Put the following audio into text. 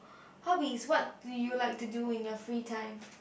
hobbies what do you like to do in your free time